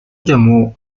llamó